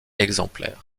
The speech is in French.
exemplaires